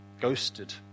ghosted